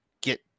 get